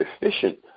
efficient